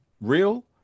real